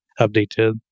updated